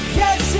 yes